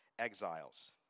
exiles